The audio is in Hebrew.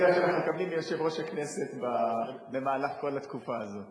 על הסיוע שאנחנו מקבלים מיושב-ראש הכנסת במהלך כל התקופה הזאת.